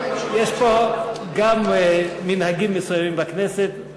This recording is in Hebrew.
יש פה גם מנהגים מסוימים, בכנסת,